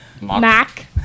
Mac